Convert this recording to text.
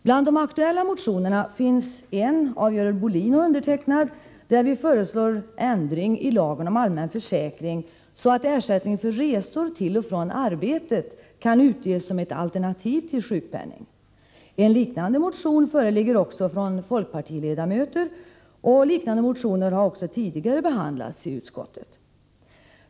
Bland de aktuella motionerna finns en av Görel Bohlin och mig, där vi föreslår ändring i lagen om allmän försäkring så att ersättning för resor till och från arbetet kan utges som ett alternativ till sjukpenning. En snarlik motion föreligger också från folkpartiledamöter, och liknande motioner har även tidigare behandlats i utskottet.